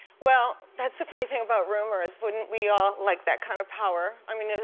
well, that's the funny thing about rumors. wouldn't we all like that kind of power. i mean,